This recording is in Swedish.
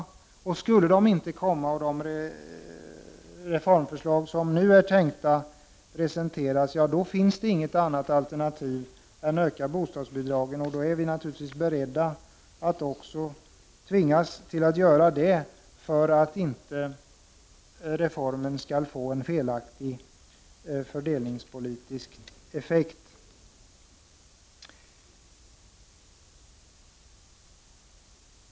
Skulle dessa justeringar inte komma, och de förslag till reformer som nu presenteras inte genomföras, finns det inget annat alternativ än att öka bostadsbidragen. Om vi tvingas till detta, är vi naturligtvis beredda att genomföra en sådan höjning för att reformen inte skall få en felaktig fördelningspolitisk effekt.